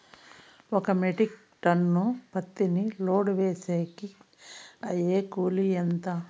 ఒక metric ton పత్తిని load వేసేకి అయ్యే కూలి ఎంత?